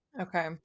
Okay